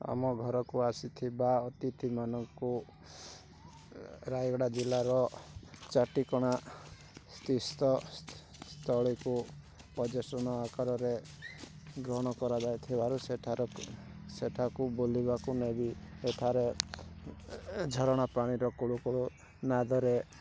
ଆମ ଘରକୁ ଆସିଥିବା ଅତିଥିମାନଙ୍କୁ ରାୟଗଡ଼ା ଜିଲ୍ଲାର ଚାଟିକଣା ତୀର୍ଥସ୍ଥଳୀକୁ ପର୍ଯ୍ୟଟନ ଆକାରରେ ଗ୍ରହଣ କରାଯାଇଥିବାରୁ ସେଠାର ସେଠାକୁ ବୁଲିବାକୁ ମେ ବି ସେଠାରେ ଝରଣା ପାଣିର କୁଳୁକୁଳୁ ନାଦରେ